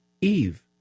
Eve